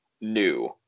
new